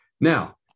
Now